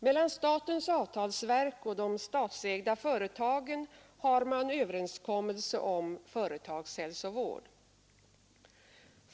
Mellan statens avtalsverk och de statsägda företagen finns en överenskommelse om företagshälsovård.